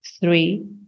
three